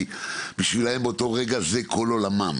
כי באותו רגע זה כל עולמם,